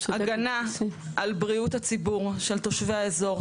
אני אגיד משפט לסיום: הגנה על בריאות הציבור של תושבי האזור,